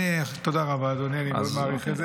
תודה רבה, אדוני, אני מעריך את זה.